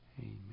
Amen